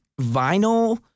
Vinyl